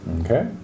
Okay